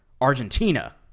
Argentina